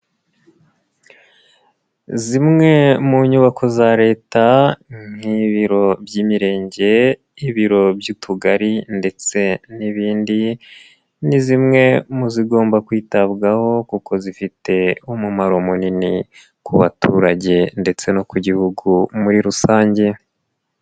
Zimwe mu nyubako za Leta nk'ibiro by'imirenge, ibiro by'utugari ndetse n'ibindi ni zimwe mu zigomba kwitabwaho kuko zifite umumaro munini ku baturage ndetse no ku gihugu muri rusange.